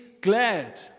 glad